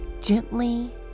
Gently